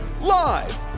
Live